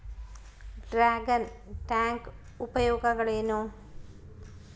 Dragon tank ಉಪಯೋಗಗಳೇನು?